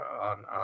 on